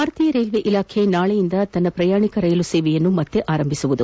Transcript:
ಭಾರತೀಯ ರೈಲ್ವೇ ಇಲಾಖೆ ನಾಳೆಯಿಂದ ತನ್ನ ಪ್ರಯಾಣಿಕ ರೈಲು ಸೇವೆಗಳನ್ನು ಪುನರಾರಂಭಿಸಲಿದೆ